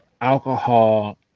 alcohol